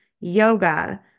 yoga